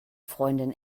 freundin